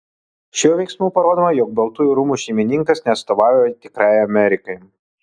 šiuo veiksmu parodoma jog baltųjų rūmų šeimininkas neatstovauja tikrajai amerikai